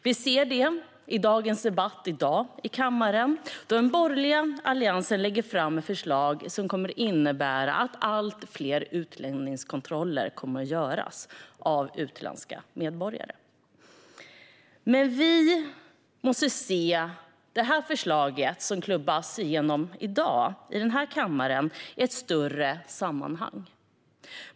Vi ser detta i dagens debatt i kammaren, då den borgerliga alliansen lägger fram ett förslag som kommer att innebära att allt fler utlänningskontroller kommer att göras av utländska medborgare. Men vi måste se det förslag som kommer att klubbas igenom i dag i denna kammare i ett större sammanhang.